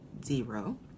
zero